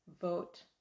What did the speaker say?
vote